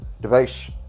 device